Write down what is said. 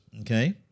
okay